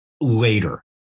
later